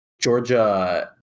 Georgia